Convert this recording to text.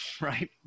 right